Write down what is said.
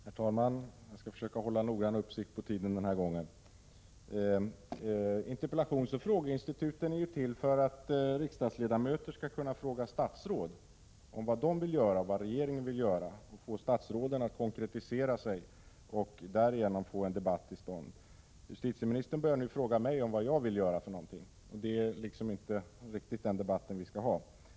Herr talman! Jag skall försöka att hålla noggrann uppsikt på tiden den här gången. Interpellationsoch frågeinstituten är ju till för att riksdagsledamöter skall kunna fråga statsråd om vad de och regeringen vill göra, att få statsråden att konkretisera sig och därigenom få till stånd en debatt. Justitieministern börjar nu fråga mig om vad jag vill göra för någonting, och det är liksom inte riktigt den typ av debatt vi skall ha.